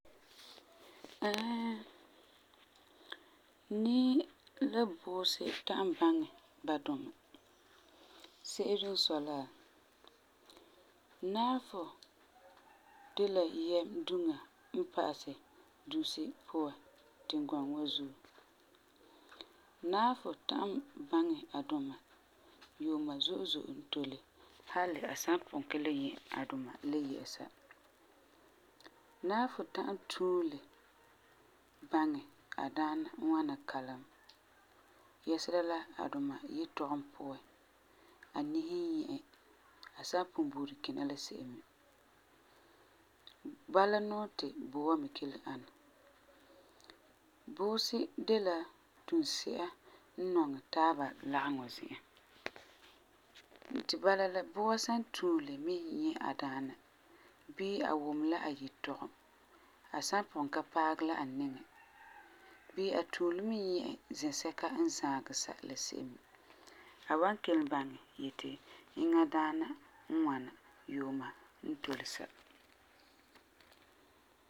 nii la buusi ta'am baŋɛ ba duma. Se'ere n sɔi la, naafɔ de la yɛm duŋa n pa'asɛ dusi puan tingɔgɔ wa zuo. Naafɔ ta'am baŋɛ a duma, yuuma zo'e zo'e n tole. Hali la a san pugum ka le nyɛ a duma le yɛ'ɛsa. Naafɔ ta'am tuule baŋɛ a daana ŋwana kalam, yɛsera la a duma yetɔgum puan, a niho n nyɛ e a san pugum bure kina la se'em me. Bala nuu ti bua me kelum ana. Buusi de la dunsi'a n nɔŋɛ taaba lageŋɔ zi'an. Ti bala la, bua san tuule bisɛ nyɛ a daana bii a wum la a yetɔgum, a san pugum ka paagɛ la a niŋan gee a tuule mɛ nyɛ e zɛsɛka n zaagɛ la se'em me a wan kelum baŋɛ ti eŋa daana n ŋwana, yuuma n tole sa.